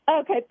Okay